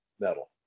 metal